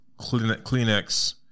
Kleenex